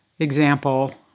example